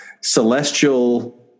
celestial